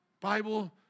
Bible